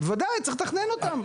ודאי, צריך לתכנן אותם.